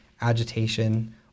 agitation